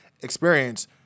experience